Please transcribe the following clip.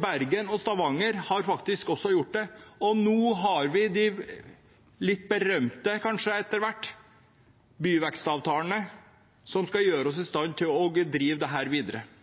Bergen og Stavanger har også gjort det. Og nå har vi fått de etter hvert kanskje litt berømte byvekstavtalene, som skal sette oss i stand til å drive dette videre.